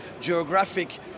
geographic